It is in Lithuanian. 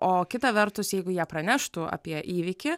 o kita vertus jeigu jie praneštų apie įvykį